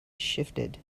shifted